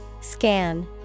Scan